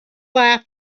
laugh